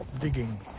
digging